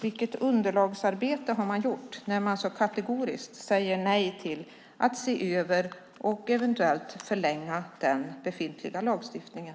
Vilket underlagsarbete har man gjort när man så kategoriskt säger nej till att se över och eventuellt förlänga den befintliga lagstiftningen?